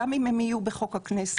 גם אם הם יהיו בחוק הכנסת.